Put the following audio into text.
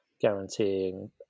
guaranteeing